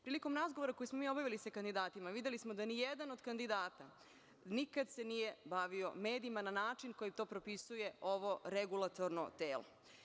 Prilikom razgovora koji smo mi obavili sa kandidatima, videli smo da se nijedan od kandidata nikad nije bavio medijima na način na koji to propisuje ovo regulatorno telo.